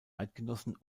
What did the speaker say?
eidgenossen